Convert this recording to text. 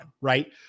right